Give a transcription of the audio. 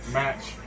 match